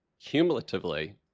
Cumulatively